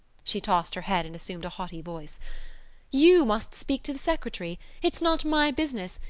she tossed her head and assumed a haughty voice you must speak to the secretary. it's not my business.